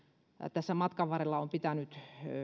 tässä matkan varrella on pitänyt